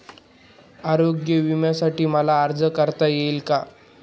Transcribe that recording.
आरोग्य विम्यासाठी मला अर्ज करता येईल का?